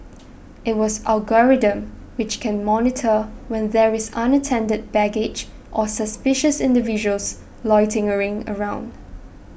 it has algorithms which can monitor when there is unattended baggage or suspicious individuals loitering around